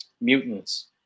mutants